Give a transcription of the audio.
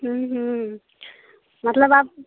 हूं हूं मतलब आप